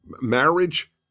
Marriage